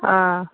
آ